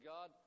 God